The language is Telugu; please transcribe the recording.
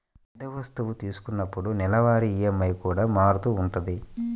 పెద్ద వస్తువు తీసుకున్నప్పుడు నెలవారీ ఈఎంఐ కూడా మారుతూ ఉంటది